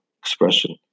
expression